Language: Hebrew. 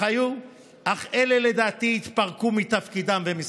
אך אלה, לדעתי, התפרקו מתפקידם ומסמכותם.